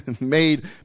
made